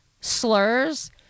slurs